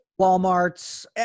WalMarts